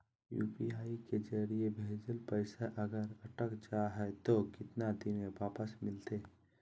UPI के जरिए भजेल पैसा अगर अटक जा है तो कितना दिन में वापस मिलते?